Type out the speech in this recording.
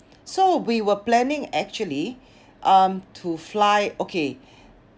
so we were planning actually um to fly okay